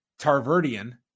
Tarverdian